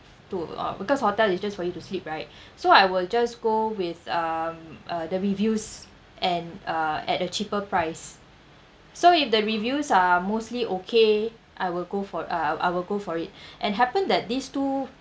to uh because hotel is just for you to sleep right so I will just go with um uh the reviews and uh at a cheaper price so if the reviews are mostly okay I will go for uh I will go for it and happened that these two